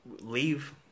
leave